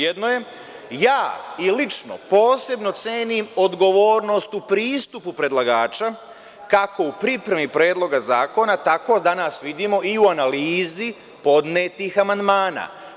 Jedno je da ja i lično posebno cenim odgovornost u pristupu predlagača, kako u pripremi Predloga zakona, tako danas vidimo i u analizi podnetih amandmana.